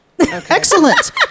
excellent